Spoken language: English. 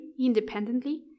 independently